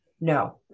No